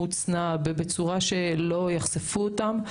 מוצנע ובצורה שלא תחשוף אותם.